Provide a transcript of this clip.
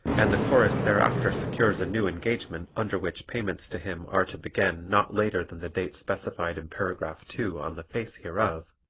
and the chorus thereafter secures a new engagement under which payments to him are to begin not later than the date specified in paragraph two on the face hereof,